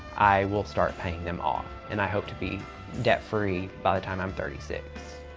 i will start paying them off. and i hope to be debt free by the time i'm thirty six.